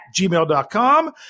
gmail.com